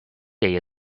day